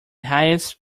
highest